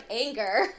anger